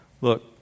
look